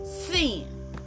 Sin